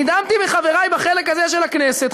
נדהמתי מחברי בחלק הזה של הכנסת.